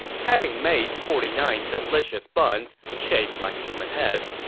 having made forty nine delicious buns shaped like human heads,